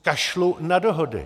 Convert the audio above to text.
Kašlu na dohody!